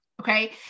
okay